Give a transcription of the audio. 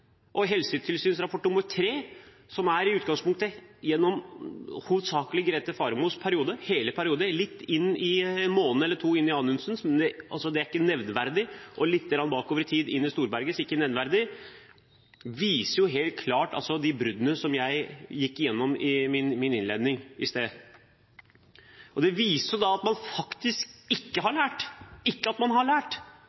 Og helsetilsynsrapport nr. 3, som i utgangspunktet hovedsakelig dreier seg om Grete Faremos periode – en måned eller to inn i Anundsens, men det er ikke nevneverdig, og lite grann bakover i tid inn i Storbergets, men det er heller ikke nevneverdig – viser jo helt klart de bruddene som jeg gikk igjennom i min innledning i sted. Det viser at man faktisk ikke har lært, og så står man og sier at jo, vi har lært,